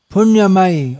Punyamai